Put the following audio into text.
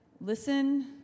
listen